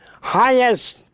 highest